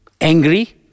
angry